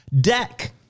deck